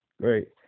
Great